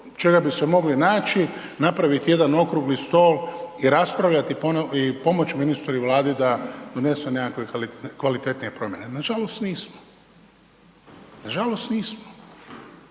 čega bi se mogli naći, napraviti jedan okrugli stol i raspravljati i pomoći ministru i Vladi da donesu nekakve kvalitetnije promjene? Nažalost nismo. I opet ću